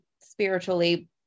spiritually